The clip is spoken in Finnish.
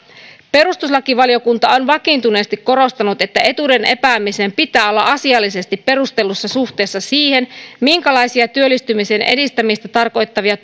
perustuslakivaliokunta on vakiintuneesti korostanut että etuuden epäämisen pitää olla asiallisesti perustellussa suhteessa siihen minkälaisia työllistymisen edistämistä tarkoittavia